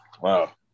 Wow